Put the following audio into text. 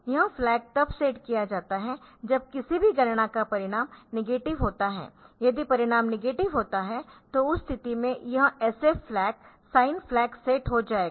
यह फ्लैग तब सेट किया जाता है जब किसी भी गणना का परिणाम नेगेटिव होता है यदि परिणाम नेगेटिव होता है तो उस स्थिति में यह SF फ्लैगसाइन फ्लैग सेट हो जाएगा